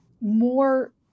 more